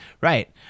Right